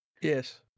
Yes